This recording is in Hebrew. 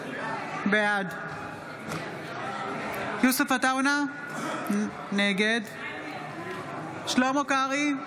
בעד יוסף עטאונה, נגד שלמה קרעי,